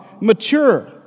mature